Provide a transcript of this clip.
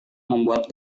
membuat